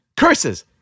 Curses